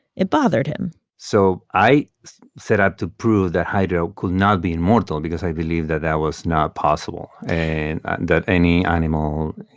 it bothered him so i set out to prove that hydra could not be immortal because i believed that that was not possible and that any animal